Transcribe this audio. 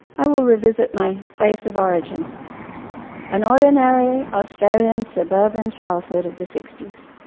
i will revisit my place of origin' an ordinary australian suburban childhood of the sixties.